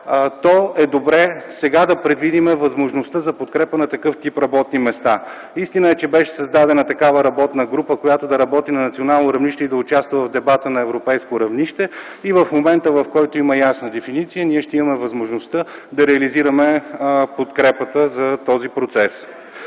то е добре сега да предвидим възможността за подкрепа на такъв тип работни места. Истина е, че беше създадена такава работна група, която да работи на национално равнище и да участва в дебата на европейско равнище. В момента, в който има ясна дефиниция, ние ще имаме възможността да реализираме подкрепата за този процес.